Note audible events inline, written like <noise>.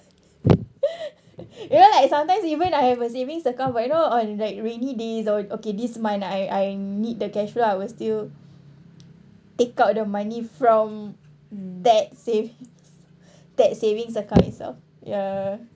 <laughs> you know like sometimes even I have a savings account but you know on like rainy days or okay this month I I need the cash lah I will still take out the money from that sav~ that savings account itself ya